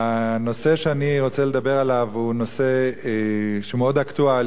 הנושא שאני רוצה לדבר עליו הוא מאוד אקטואלי,